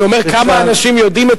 אני אומר כמה אנשים יודעים.